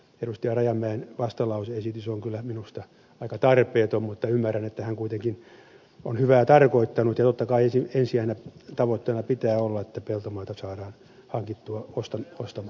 rajamäen vastalause esitys on kyllä minusta aika tarpeeton mutta ymmärrän että hän kuitenkin on hyvää tarkoittanut ja totta kai ensisijaisena tavoitteena pitää olla että peltomaata saadaan hankittua ostamalla